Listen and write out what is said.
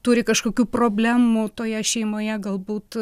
turi kažkokių problemų toje šeimoje galbūt